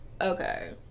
okay